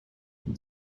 who